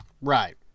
Right